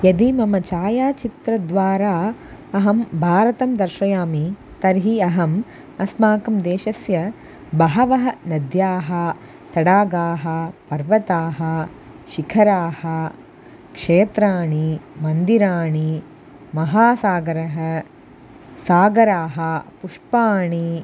यदि मम छायाचित्रद्वारा अहं भारतं दर्शयामि तर्हि अहम् अस्माकं देशस्य बहवः नद्याः तडागाः पर्वताः शिखराः क्षेत्राणि मन्दिराणि महासागराः सागराः पुष्पाणि